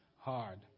hard